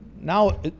now